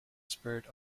spirit